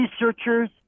researchers